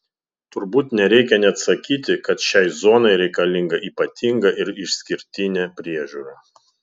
turbūt nereikia net sakyti kad šiai zonai reikalinga ypatinga ir išskirtinė priežiūra